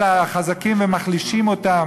על החזקים ומחלישים אותם,